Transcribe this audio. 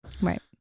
Right